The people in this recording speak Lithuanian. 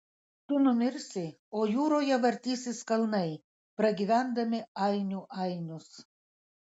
tu numirsi o jūroje vartysis kalnai pragyvendami ainių ainius